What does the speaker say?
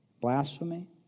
blasphemy